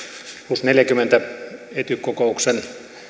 plus neljäkymmentä ety kokouksen